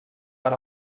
per